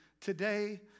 today